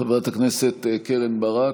חברת הכנסת קרן ברק,